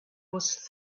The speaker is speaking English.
was